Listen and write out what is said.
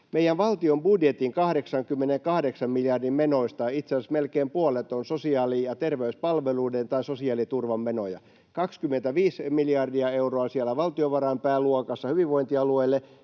meidän valtion budjetin 88 miljardin menoista itse asiassa melkein puolet on sosiaali‑ ja terveyspalveluiden tai sosiaaliturvan menoja. 25 miljardia euroa on siellä valtiovarain pääluokassa hyvinvointialueille